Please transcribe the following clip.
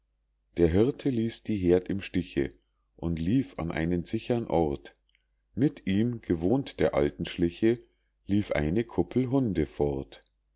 der hirte ließ die heerd im stiche und lief an einen sichern ort mit ihm gewohnt der alten schliche lief eine kuppel hunde fort